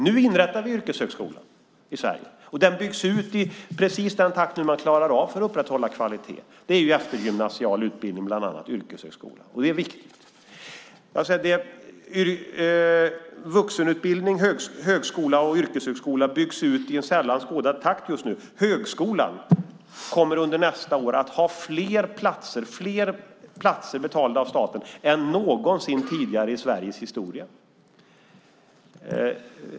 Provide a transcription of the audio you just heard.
Nu inrättar vi en yrkeshögskola i Sverige. Den byggs ut i precis den takten man klarar av för att upprätthålla kvaliteten. Det är bland annat en eftergymnasial utbildning och yrkeshögskola. Det är viktigt. Vuxenutbildning, högskola och yrkeshögskola byggs ut i en sällan skådad takt just nu. Högskolan kommer under nästa år att ha fler platser betalda av staten än någonsin tidigare i Sveriges historia.